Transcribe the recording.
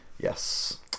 Yes